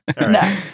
No